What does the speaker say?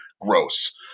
gross